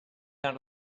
out